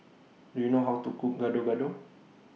Do YOU know How to Cook Gado Gado